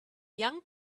young